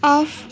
off